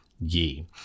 Ye